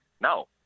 no